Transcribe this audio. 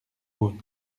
bois